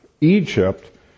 Egypt